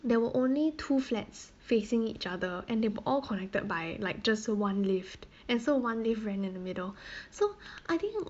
there were only two flats facing each other and they were all connected by like just one lift and so one lift ran in the middle so I think